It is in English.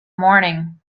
morning